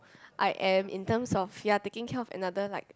I am intern of ya taking care of another like